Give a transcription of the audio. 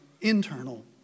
internal